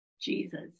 jesus